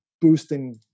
boosting